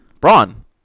Braun